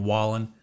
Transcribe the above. Wallen